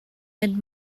mynd